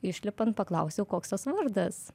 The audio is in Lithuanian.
išlipant paklausiau koks jos vardas